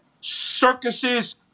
circuses